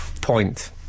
point